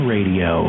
Radio